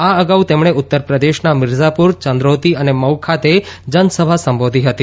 આ અગાઉ તેમણે ઉત્તર પ્રદેશના મિરઝાપુર ચંક્રૌતી અને મઉ ખાતે જનસભા સંબોધી હતી